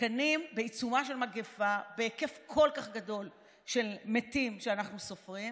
בעיצומה של מגפה בהיקף כל כך גדול של מתים שאנחנו סופרים